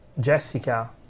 Jessica